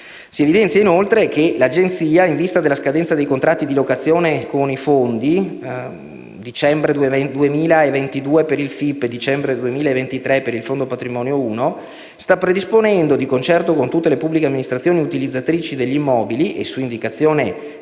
si evidenzia altresì che l'Agenzia, in vista della scadenza dei contratti di locazione con i Fondi (dicembre 2022 per il FIP e dicembre 2023 per il Fondo patrimonio 1) sta predisponendo, di concerto con tutte le pubbliche amministrazioni utilizzatrici degli immobili e su indicazione